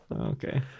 Okay